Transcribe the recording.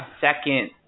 second